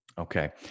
Okay